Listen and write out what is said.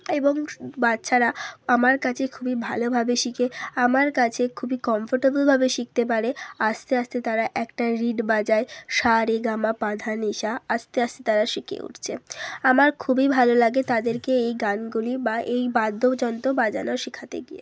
এবং স বাচ্ছারা আমার কাছে খুবই ভালোভাবে শেখে আমার কাছে খুবই কম্ফোর্টেবলভাবে শিখতে পারে আস্তে আস্তে তারা একটা রিড বাজায় সা রে গা মা পা ধা নি সা আস্তে আস্তে তারা শিখে উঠছে আমার খুবই ভালো লাগে তাদেরকে এই গানগুলি বা এই বাদ্যযন্ত্র বাজানো শেখাতে গিয়ে